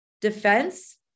defense